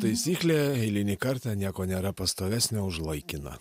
taisyklė eilinį kartą nieko nėra pastovesnio už laikiną